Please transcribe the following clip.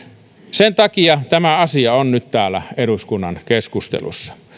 sen takia tämä asia on nyt täällä eduskunnan keskustelussa